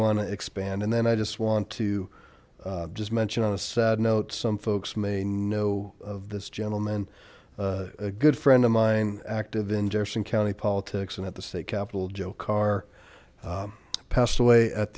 want to expand and then i just want to just mention on a sad note some folks may know of this gentleman a good friend of mine active in jefferson county politics and at the state capital dzhokhar passed away at